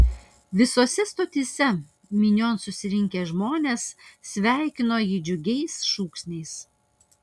visose stotyse minion susirinkę žmonės sveikino jį džiugiais šūksniais